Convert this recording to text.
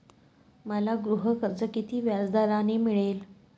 मला गृहकर्ज किती व्याजदराने मिळेल?